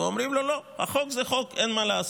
ואומרים לו: לא, חוק זה חוק, אין מה לעשות.